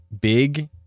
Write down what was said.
big